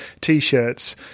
t-shirts